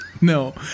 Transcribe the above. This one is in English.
No